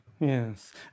Yes